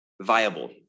viable